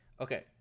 okay